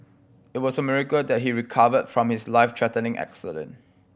it was a miracle that he recovered from his life threatening accident